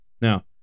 Now